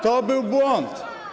To był błąd.